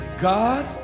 God